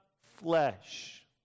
flesh